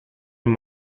und